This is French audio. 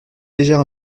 légère